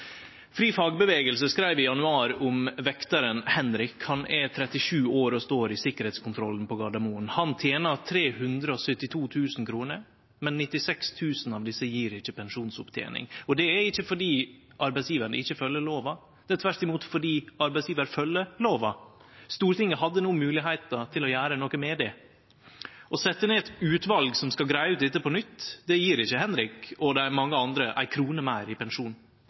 skreiv i januar om vektaren Henrik. Han er 37 år og står i sikkerheitskontrollen på Gardermoen. Han tener 372 000 kr, men 96 000 av desse gjev ikkje pensjonsopptening. Det er ikkje fordi arbeidsgjevaren ikkje følgjer lova, det er tvert imot fordi arbeidsgjevaren følgjer lova. Stortinget hadde no moglegheita til å gjere noko med det. Å setje ned eit utval som skal greie ut dette på nytt, gjev ikkje Henrik og dei mange andre ei krone meir i pensjon.